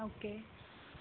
okay